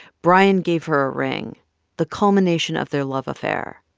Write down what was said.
brian gave her a ring the culmination of their love affair.